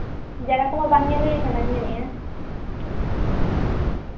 ᱡᱟᱭᱜᱟ ᱠᱚᱦᱚᱸ ᱵᱟᱝ ᱧᱮᱞ ᱦᱩᱭᱟᱠᱟᱱᱟᱧ ᱢᱮᱱᱮᱜᱼᱟ